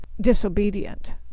disobedient